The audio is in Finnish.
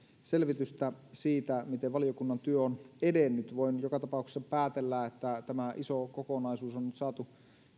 selvitystä siitä miten valiokunnan työ on edennyt voin joka tapauksessa päätellä että tämä iso kokonaisuus on nyt saatu